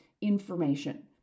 information